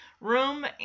Room